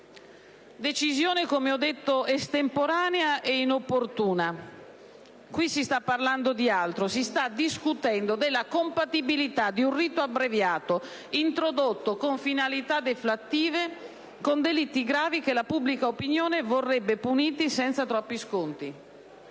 decisione estemporanea ed inopportuna, perché qui si sta parlando di altro: si sta discutendo della compatibilità di un rito abbreviato, introdotto con finalità deflattive, con delitti gravi che la pubblica opinione vorrebbe puniti senza troppo sconti.